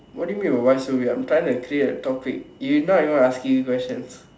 what do you mean by why so weird I'm trying to create a topic if you not even asking questions